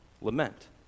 lament